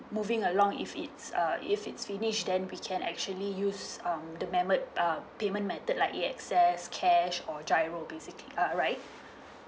moving along it's uh if it's finish then we can actually use um the member um payment method like A_X_S cash or giro basically uh right